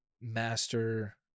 master